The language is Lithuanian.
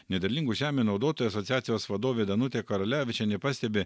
nederlingų žemių naudotojų asociacijos vadovė danutė karalevičienė pastebi